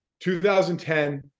2010